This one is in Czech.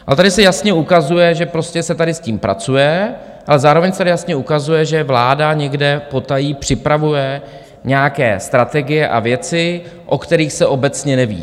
A tady se jasně ukazuje, že prostě se tady s tím pracuje, ale zároveň se tady jasně ukazuje, že vláda někde potají připravuje nějaké strategie a věci, o kterých se obecně neví.